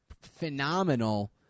phenomenal